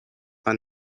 are